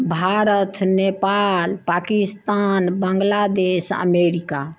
Bharat Nepal Pakistan Bangladesh America